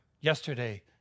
yesterday